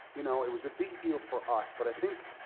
you know it was a big deal for us, but i think,